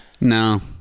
No